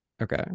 Okay